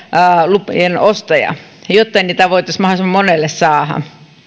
lupien ostaja jotta niitä voitaisiin mahdollisimman monelle saada